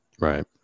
Right